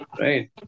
right